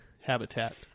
habitat